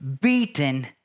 beaten